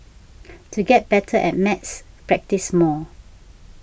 to get better at maths practise more